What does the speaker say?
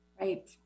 Right